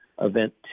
Event